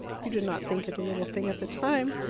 you did not think it a little thing at the time.